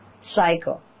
cycle